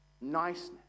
Niceness